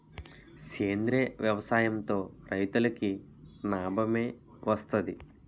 సేంద్రీయ వ్యవసాయం తో రైతులకి నాబమే వస్తది